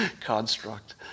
construct